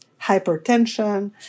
hypertension